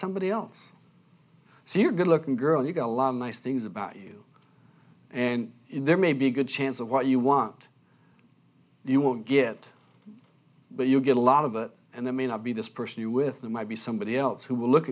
somebody else so you're good looking girl you got a lot of nice things about you and there may be a good chance of what you want you won't get but you get a lot of it and there may not be this person you with that might be somebody else who will look